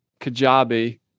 Kajabi